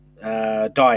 diet